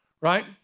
right